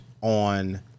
on